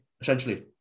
essentially